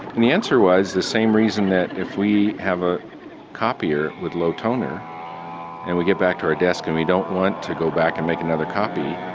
and the answer was the same reason that if we have a copier with low toner and we back to our desk and we don't want to go back and make another copy,